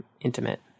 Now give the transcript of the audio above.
intimate